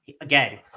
Again